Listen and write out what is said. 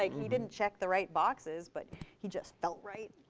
like he didn't check the right boxes, but he just felt right.